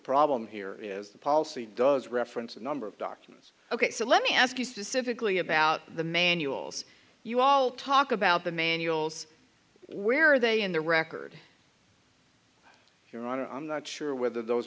problem here is the policy does reference a number of documents ok so let me ask you specifically about the manuals you all talk about the manuals where are they in the record your honor i'm not sure whether those